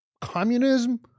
communism